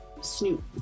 snoop